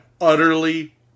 utterly